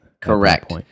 Correct